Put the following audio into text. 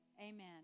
Amen